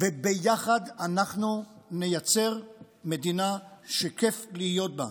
וביחד אנחנו נייצר מדינה שכיף להיות בה.